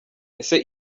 ese